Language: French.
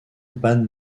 ban